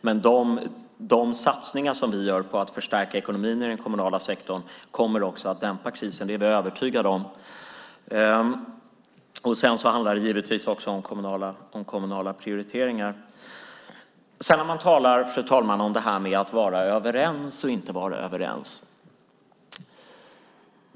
Men de satsningar som vi gör på att förstärka ekonomin i den kommunala sektorn kommer också att dämpa krisen; det är vi övertygade om. Det handlar givetvis också om kommunala prioriteringar. Fru talman! Man talar här om detta med att vara överens och inte överens.